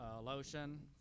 lotion